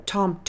Tom